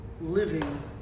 living